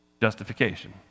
Justification